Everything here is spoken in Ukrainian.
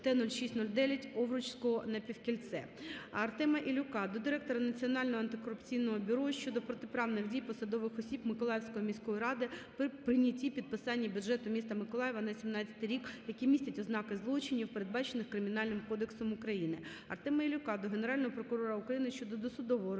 Т-06-09 Овруцьке напівкільце. Артема Ільюка до директора Національного антикорупційного бюро України щодо протиправних дій посадових осіб Миколаївської міської ради при прийнятті (підписані) бюджету міста Миколаєва на 2017 рік, які містять ознаки злочинів, передбачених Кримінальним кодексом України. Артема Ільюка до Генерального прокурора України щодо досудового розслідування